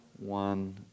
one